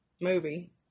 movie